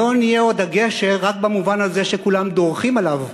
לא נהיה עוד הגשר רק במובן הזה שכולם דורכים עליו,